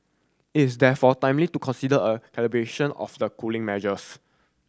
it is therefore timely to consider a calibration of the cooling measures